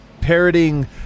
parroting